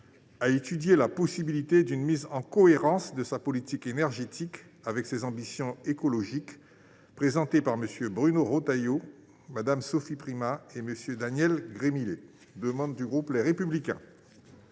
à étudier la possibilité d'une mise en cohérence de sa politique énergétique avec ses ambitions écologiques, présentée par M. Bruno Retailleau, Mme Sophie Primas, M. Daniel Gremillet et plusieurs de leurs